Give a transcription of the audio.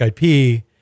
IP